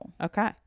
Okay